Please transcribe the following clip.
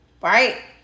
Right